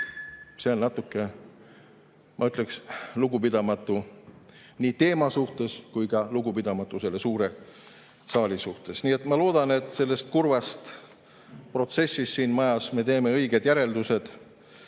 See on natuke, ma ütleksin, lugupidamatu nii teema suhtes kui ka lugupidamatu selle suure saali suhtes. Nii et ma loodan, et sellest kurvast protsessist siin majas me teeme õiged järeldused